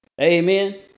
Amen